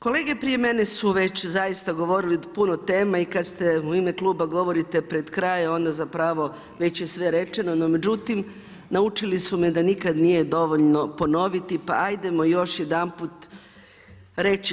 Kolege prije mene su već zaista govorili puno tema i kad ste u ime kluba govorite pred kraj, onda zapravo, već je sve rečeno, no međutim, naučili su me da nikad nije dovoljno ponoviti, pa ajdemo još jedanput reći.